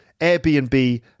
Airbnb